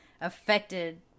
affected